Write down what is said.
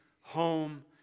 home